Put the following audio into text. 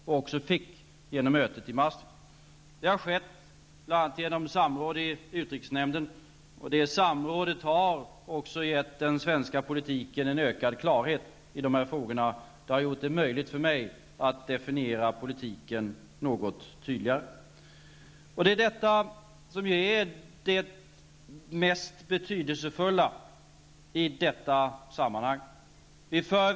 Det fick den också genom mötet i Maastricht. Det har skett bl.a. genom samråd i utrikesnämnden. Det samrådet har också gett den svenska politiken en ökad klarhet i de här frågorna. Det har gjort det möjligt för mig att definiera politiken något tydligare. Detta är ju det mest betydelsefulla i sammanhanget.